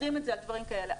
אומרים את זה על דברים כאלה.